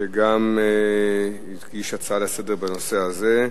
שגם הוא הגיש הצעה לסדר-היום בנושא הזה.